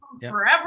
forever